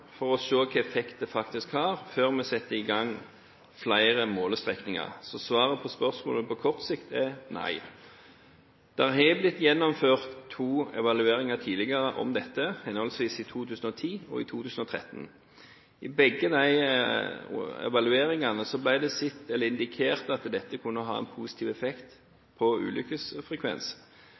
for å se hvilken effekt det faktisk har, før vi setter i gang flere målestrekninger. Så svaret på spørsmålet på kort sikt er nei. Det har blitt gjennomført to evalueringer tidligere om dette, henholdsvis i 2010 og i 2013. I begge evalueringene ble det indikert at dette kunne ha en positiv effekt på